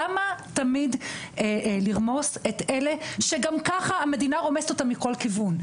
למה תמיד לרמוס את אלה שגם ככה המדינה רומסת אותם מכל כיוון?